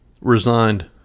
resigned